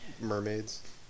mermaids